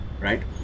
Right